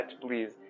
please